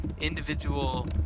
Individual